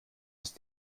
ist